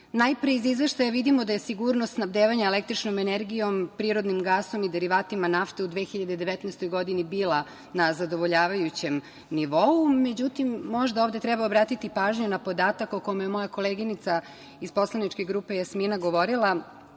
Najpre, iz Izveštaja vidimo da je sigurnost snabdevanja električnom energijom, prirodnim gasom i derivatima nafte u 2019. godini bila na zadovoljavajućem nivou. Međutim, možda ovde treba obratiti pažnju na podatak o kome je moja koleginica iz poslaničke grupe, Jasmina, govorila